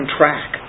track